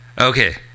Okay